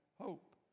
hope